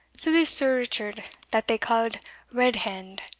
so this sir richard, that they ca'd red-hand,